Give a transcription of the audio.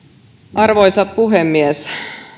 arvoisa puhemies